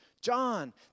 John